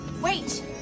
Wait